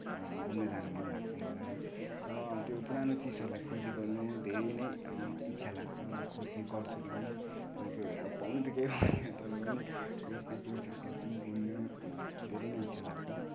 घुम्न जान मन लाग्छ मलाई र अनि त्यो पुरानो चिजहरूलाई खोजि गर्न धेरै नै इच्छा लाग्छ र खोज्ने गर्छु पनि कोही कोही बेला अब पाउने केही पाउँदिन तर पनि खोज्ने कोसिस गर्छु घुम्नुमा धेरै नै इच्छा लाग्छ